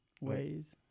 ways